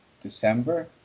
December